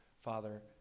Father